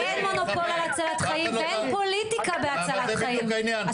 אין מונופול על הצלת חיים ואין פוליטיקה בהצלת חיים,